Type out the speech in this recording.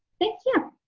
thank you.